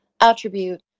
attribute